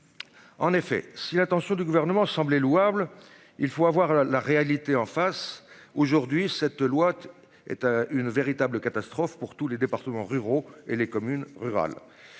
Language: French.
En effet, si l'intention du gouvernement sembler louables. Il faut avoir la, la réalité en face. Aujourd'hui, cette loi est un une véritable catastrophe pour tous les départements ruraux et les communes rurales.